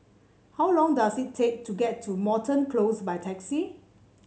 how long does it take to get to Moreton Close by taxi